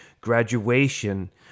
graduation